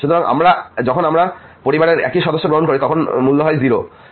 সুতরাং যখন আমরা পরিবারের একই সদস্যকে গ্রহণ করি তখন মূল্য হয়